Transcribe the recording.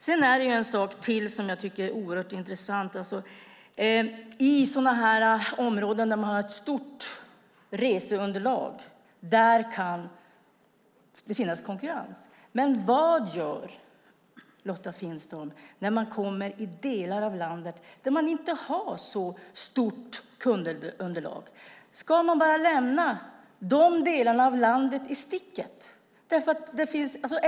Det är en sak till som jag tycker är oerhört intressant. I områden där man har ett stort reseunderlag kan det finnas konkurrens. Men vad gör man, Lotta Finstorp, när man kommer till delar av landet där det inte finns ett så stort underlag? Ska man bara lämna de delarna av landet i sticket?